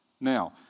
Now